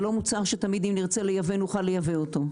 זה לא מוצר שתמיד אם נרצה לייבא נוכל לייבא אותו,